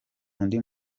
undi